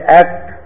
act